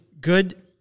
good